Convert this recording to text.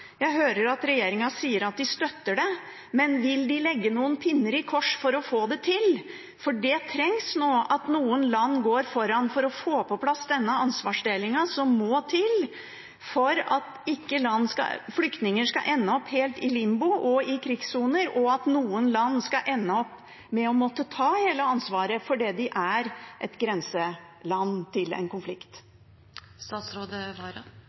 Jeg hører regjeringen sier at de støtter det, men vil de legge noen pinner i kors for å få det til? Det trengs at noen land nå går foran for å få på plass den ansvarsdelingen som må til for at flyktninger ikke skal ende opp helt i limbo og i krigssoner, og at noen land skal ende opp med å måtte ta hele ansvaret fordi de er grenseland til en